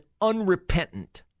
unrepentant